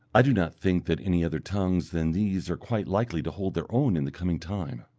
i do not think that any other tongues than these are quite likely to hold their own in the coming time.